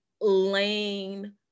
lane